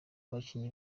abakinnyi